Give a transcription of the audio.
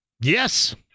Yes